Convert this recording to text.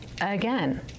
again